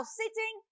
sitting